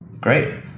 Great